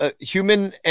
human